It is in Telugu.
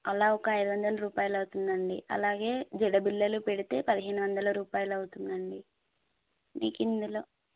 అలా ఒక ఐడు వందల రూపాయిలు అవుతుంది అండి అలాగే జడబిళ్ళలు పెడితే పదిహేను వందల రూపాయలు అవుతుంది అండి మీకు ఇందులో